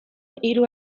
hiru